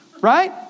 Right